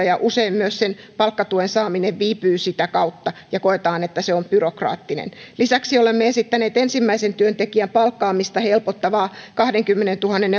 ja usein myös sen palkkatuen saaminen viipyy sitä kautta ja koetaan että se on byrokraattinen lisäksi olemme esittäneet ensimmäisen työntekijän palkkaamista helpottavaa kahdenkymmenentuhannen